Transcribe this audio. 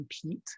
compete